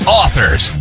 authors